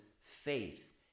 faith